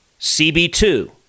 CB2